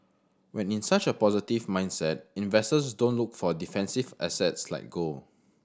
when in such a positive mindset investor don't look for defensive assets like gold